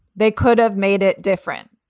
they could have made it different.